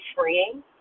freeing